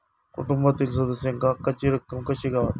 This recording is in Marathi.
कुटुंबातील सदस्यांका हक्काची रक्कम कशी गावात?